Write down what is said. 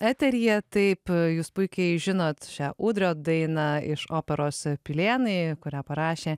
eteryje taip jūs puikiai žinot šią ūdrio dainą iš operos pilėnai kurią parašė